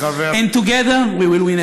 and together we will win,